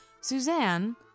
Suzanne